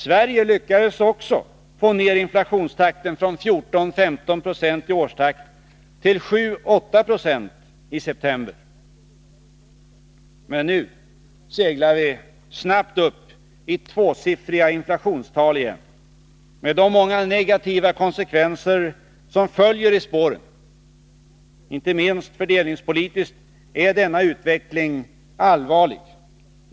Sverige lyckades också få ner inflationstakten från 14—15 6 i årstakt till 7-8 20 i september. Men nu seglar vi snabbt upp i tvåsiffriga inflationstal igen, med de många negativa konsekvenser som följer i spåren. Inte minst fördelningspolitiskt är denna utveckling allvarlig.